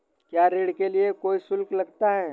क्या ऋण के लिए कोई शुल्क लगता है?